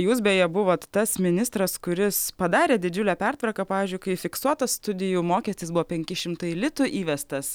jūs beje buvot tas ministras kuris padarė didžiulę pertvarką pavyzdžiui kai fiksuotas studijų mokestis buvo penki šimtai litų įvestas